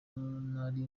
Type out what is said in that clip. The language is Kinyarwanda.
nari